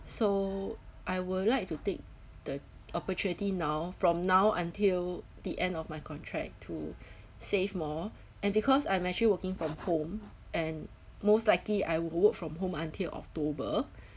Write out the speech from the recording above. so I would like to take the opportunity now from now until the end of my contract to save more and because I'm actually working from home and most likely I will work from home until october